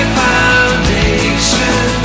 foundation